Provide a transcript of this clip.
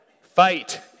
fight